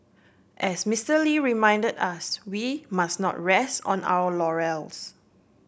as Mister Lee reminded us we must not rest on our laurels